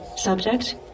Subject